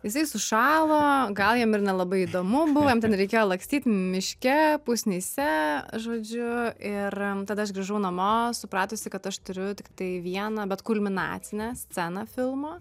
jisai sušalo gal jam ir nelabai įdomu buvo jam ten reikėjo lakstyt miške pusnyse žodžiu ir tada aš grįžau namo supratusi kad aš turiu tiktai vieną bet kulminacinę sceną filmo